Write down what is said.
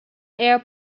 air